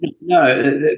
no